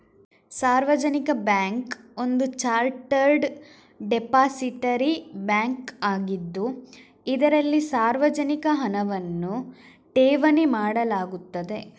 ಸಾರ್ವಜನಿಕ ಬ್ಯಾಂಕ್ ಒಂದು chartered depository bank ಆಗಿದ್ದು, ಇದರಲ್ಲಿ ಸಾರ್ವಜನಿಕ ಹಣವನ್ನು ಠೇವಣಿ ಮಾಡಲಾಗುತ್ತದೆ